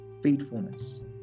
faithfulness